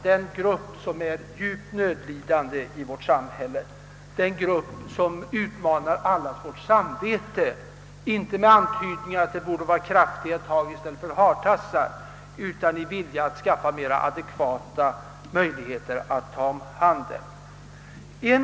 Det är en grupp som är djupt nödlidande, en grupp som utmanar allas vårt samvete — inte med antydning att det borde vara kraftiga tag i stället för hartassar utan till vilja att skaffa mera adekvata möjligheter att ta vederbörande om hand.